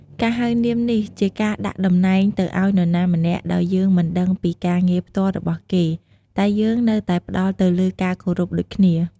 ការហៅនាមនេះជាការដាក់ដំណែងទៅឲ្យនរណាម្នាក់ដោយយើងមិនដឹងពីការងារផ្ទាល់របស់គេ តែយើងនៅតែផ្ដល់ទៅលើការគោរពដូចគ្នា។